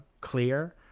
clear